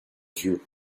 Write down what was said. yeux